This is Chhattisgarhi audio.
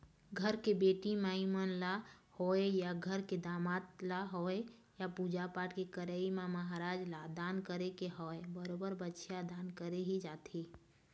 घर के बेटी माई मन ल होवय या घर के दमाद ल होवय या पूजा पाठ के करई म महराज ल दान करे के होवय बरोबर बछिया दान करे ही जाथे